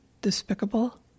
Despicable